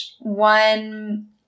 one